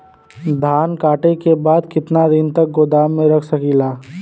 धान कांटेके बाद कितना दिन तक गोदाम में रख सकीला?